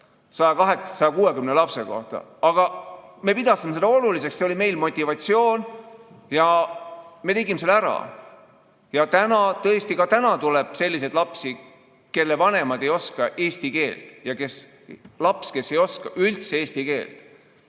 160 lapse kohta! Aga me pidasime seda oluliseks, meil oli motivatsioon ja me tegime selle ära. Ja ka täna tõesti tuleb selliseid lapsi, kelle vanemad ei oska eesti keelt ja laps ei oska üldse eesti keelt.